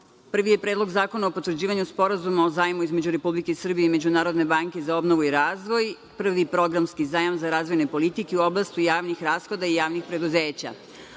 Prvi je Predlog zakona o potvrđivanju Sporazuma o zajmu između Republike Srbije i Međunarodne banke za obnovu i razvoj, prvi programski zajam za razvojne politike u oblasti javnih rashoda i javnih preduzeća. Malo